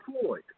Floyd